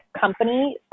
company